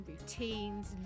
routines